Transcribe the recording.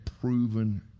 proven